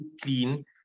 clean